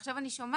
עכשיו אני שומעת